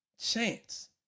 chance